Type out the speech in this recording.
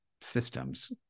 systems